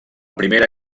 primera